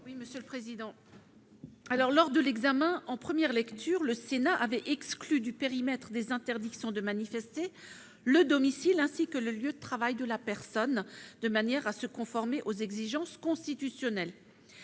est donc d'y remédier. Quel est l'avis de la commission ? En première lecture, le Sénat avait exclu du périmètre des interdictions de manifester le domicile ainsi que le lieu de travail de la personne, de manière à se conformer aux exigences constitutionnelles.